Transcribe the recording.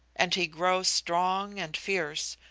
and he grows strong and fierce,